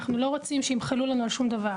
אנחנו לא רוצים שימחלו לנו על שום דבר.